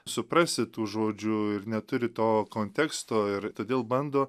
suprasi tų žodžių ir neturi to konteksto ir todėl bando